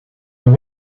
een